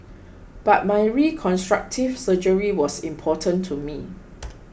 but my reconstructive surgery was important to me